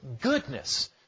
Goodness